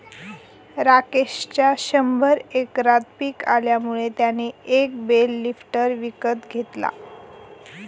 राकेशच्या शंभर एकरात पिक आल्यामुळे त्याने एक बेल लिफ्टर विकत घेतला